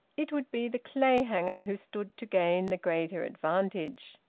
it would be the clayhanger who stood to gain the greater advantage.